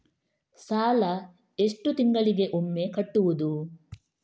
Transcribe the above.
ಸಾಲ ಎಷ್ಟು ತಿಂಗಳಿಗೆ ಒಮ್ಮೆ ಕಟ್ಟುವುದು?